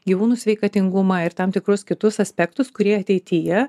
gyvūnų sveikatingumą ir tam tikrus kitus aspektus kurie ateityje